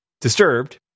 disturbed